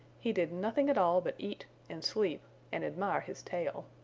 he did nothing at all but eat and sleep and admire his tail.